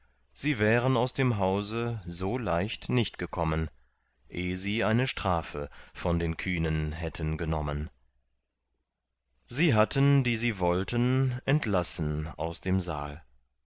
sie wären aus dem hause so leicht nicht gekommen eh sie eine strafe von den kühnen hätten genommen sie hatten die sie wollten entlassen aus dem saal